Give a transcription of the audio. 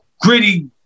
gritty